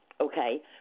okay